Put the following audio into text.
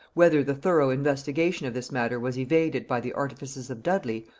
whether the thorough investigation of this matter was evaded by the artifices of dudley,